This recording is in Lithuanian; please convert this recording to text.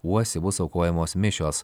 uosį bus aukojamos mišios